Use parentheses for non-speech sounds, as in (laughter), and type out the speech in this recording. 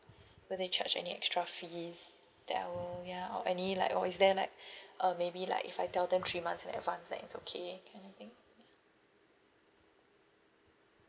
will they charge any extra fees that I'll ya or any like or is there like (breath) uh maybe like if I tell them three months in advance like it's okay kind of thing